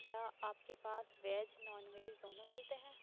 کیا آپ کے پاس ویج نان ویج دونوں ملتے ہیں